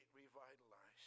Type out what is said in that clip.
revitalized